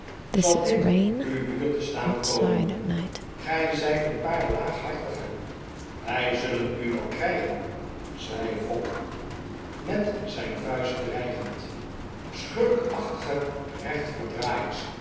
zal dit u duur te staan komen gij zijt een paar laaghartige wij zullen u wel krijgen zei fogg met zijn vuist dreigend